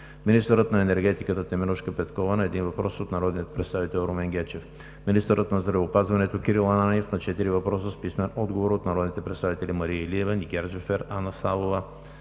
министърът на енергетиката Теменужка Петкова – на един въпрос от народния представител Румен Гечев; - министърът на здравеопазването Кирил Ананиев – на четири въпроса с писмен отговор от народните представители Мария Илиева; Нигяр Джафер; Анна Славова;